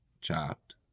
chopped